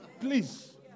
Please